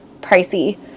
pricey